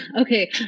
Okay